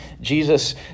Jesus